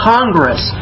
Congress